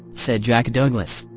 said jack douglas,